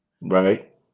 Right